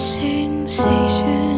sensation